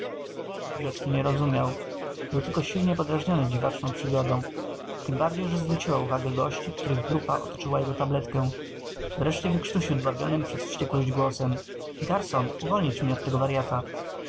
nie rozumiał był tylko silnie podrażniony dziwaczną przygodą tem bardziej że zwróciła uwagę gości których grupa otoczyła jego tabletkę wreszcie wykrztusił dławionym przez wściekłość głosem garson uwolnić mnie od tego waryata